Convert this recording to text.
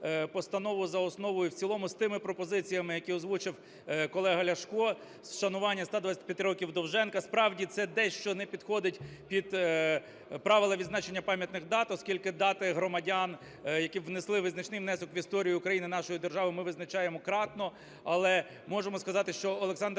постанову за основу і в цілому з тими пропозиціями, які озвучив колега Ляшко: з шанування 125 років Довженка. Справді, це те, що не підходить під правила відзначення пам'ятних дат, оскільки дати громадян, які внесли визначний внесок в історію України, нашої держави, ми відзначаємо кратно.